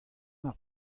mar